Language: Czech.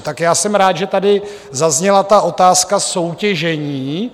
Tak já jsem rád, že tady zazněla ta otázka soutěžení.